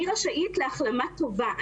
אני רשאית להחלמה טובה.